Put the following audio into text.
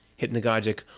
hypnagogic